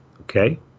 Okay